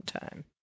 time